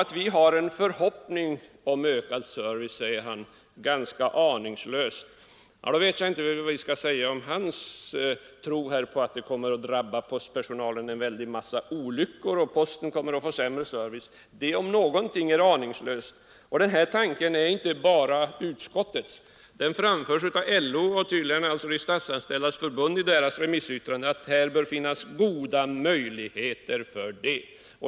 Att vi har en förhoppning om ökad service säger han är aningslöst. Ja, då vet jag inte vad vi skall kalla hans tro att en väldig massa olyckor kommer att drabba postpersonalen och att posten kommer att ge sämre service. Det om någonting är aningslöst. Tanken på bättre service är inte bara utskottets. LO och tydligen också Statsanställdas förbund framför i sitt remissyttrande att det här bör finnas goda möjligheter till det.